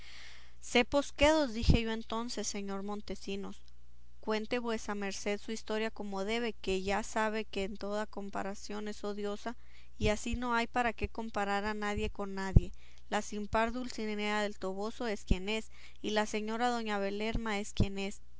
mundo cepos quedos dije yo entonces señor don montesinos cuente vuesa merced su historia como debe que ya sabe que toda comparación es odiosa y así no hay para qué comparar a nadie con nadie la sin par dulcinea del toboso es quien es y la señora doña belerma es quien es